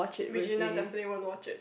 Regina definitely won't watch it